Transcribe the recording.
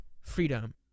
freedom